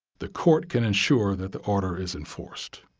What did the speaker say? the court can ensure that the order is enforced.